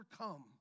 overcome